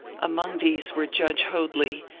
among these were judge hoadly,